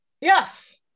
Yes